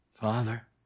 Father